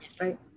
Right